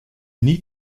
need